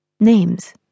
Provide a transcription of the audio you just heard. Names